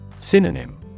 Synonym